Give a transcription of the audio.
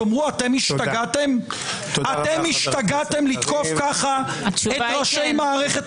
אתם השתגעתם לתקוף ככה את ראשי מערכת